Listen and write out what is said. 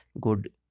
good